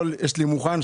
יש לי מוכן את הכול,